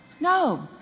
No